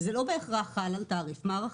זה לא בהכרח חל על תעריף מערכתי.